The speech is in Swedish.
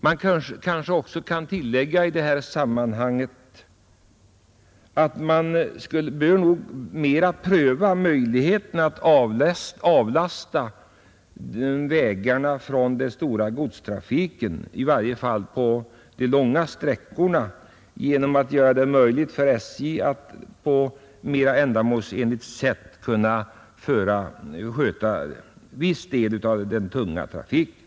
Jag vill också tillägga i sammanhanget att vi kanske mera bör pröva möjligheterna att avlasta vägarna den tunga godstrafiken, i varje fall på långa sträckor, genom att ge SJ resurser att på ett mera ändamålsenligt sätt sköta en viss del av den trafiken.